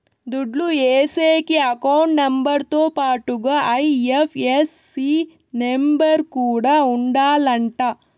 దుడ్లు ఏసేకి account number తో పాటుగా ఐ.ఎఫ్.ఎస్.సి నెంబర్ కూడా ఉండాలంట